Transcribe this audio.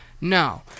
No